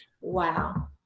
wow